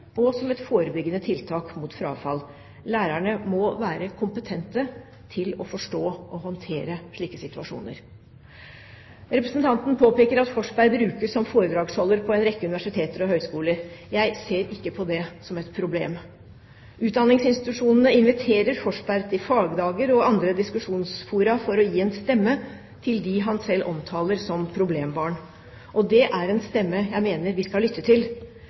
og som et forebyggende tiltak mot frafall. Lærerne må være kompetente til å forstå og håndtere slike situasjoner. Representanten påpeker at Forsberg brukes som foredragsholder på en rekke universiteter og høyskoler. Jeg ser ikke på det som et problem. Utdanningsinstitusjonene inviterer Forsberg til fagdager og andre diskusjonsfora for å gi en stemme til dem han selv omtaler som problembarn. Det er en stemme jeg mener vi skal lytte til.